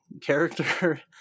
character